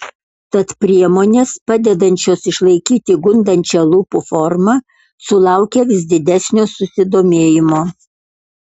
tad priemonės padedančios išlaikyti gundančią lūpų formą sulaukia vis didesnio susidomėjimo